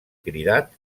cridat